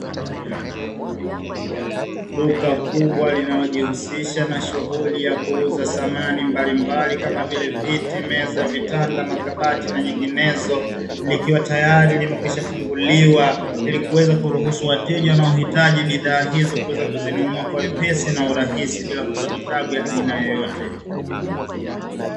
Duka kubwa linalojihusisha na shughuli ya kuuza samani mbalimbali kama vile: viti, meza, vitanda, makabati, na nyinginezo; likiwa tayari limekwisha funguliwa ili kuweza kuruhusu wateja wanaohitaji bidhaa hizo kuweza kuzinunua kwa uwepesi na urahisi bila kupata tabu ya aina yoyote.